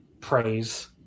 praise